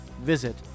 Visit